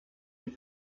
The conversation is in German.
die